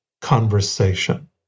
conversation